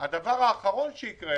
הדבר האחרון שיקרה